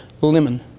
lemon